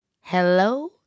Hello